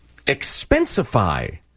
Expensify